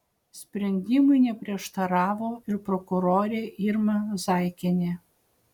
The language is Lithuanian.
sprendimui neprieštaravo ir prokurorė irma zaikienė